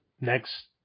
Next